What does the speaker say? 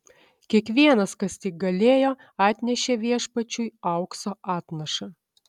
kiekvienas kas tik galėjo atnešė viešpačiui aukso atnašą